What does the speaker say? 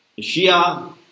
Shia